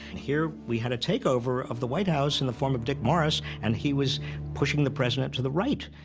here we had a takeover of the white house in the form of dick morris, and he was pushing the president to the right.